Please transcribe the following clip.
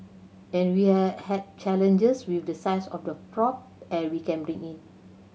and we had challenges with the size of the prop and we can bring in